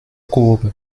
courbes